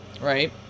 right